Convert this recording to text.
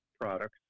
products